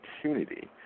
opportunity